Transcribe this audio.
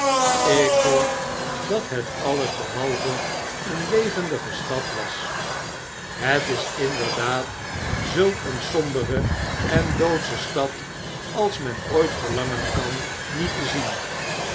ik vond dat het alles behalve een levendige stad was hot is inderdaad zulk een sombere en doodsche stad als men ooit verlangen kan niet te zien